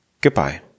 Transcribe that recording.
goodbye